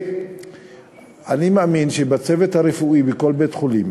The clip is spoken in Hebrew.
אני מאמין שבצוות הרפואי בכל בית-חולים